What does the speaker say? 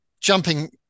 Jumping